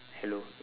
hello